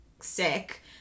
sick